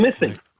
missing